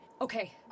okay